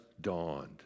dawned